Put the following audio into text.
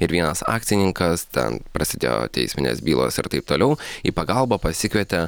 ir vienas akcininkas ten prasidėjo teisminės bylos ir taip toliau į pagalbą pasikvietė